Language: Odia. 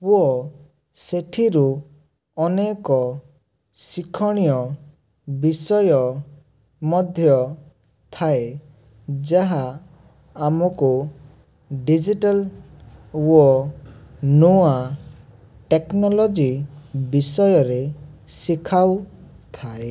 ଓ ସେଠିରୁ ଅନେକ ଶିକ୍ଷଣୀୟ ବିଷୟ ମଧ୍ୟ ଥାଏ ଯାହା ଆମକୁ ଡିଜିଟାଲ୍ ଓ ନୂଆ ଟେକ୍ନୋଲୋଜି ବିଷୟରେ ଶିଖାଉଥାଏ